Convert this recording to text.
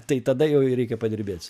tai tada jau reikia padirbėc